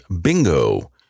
bingo